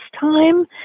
time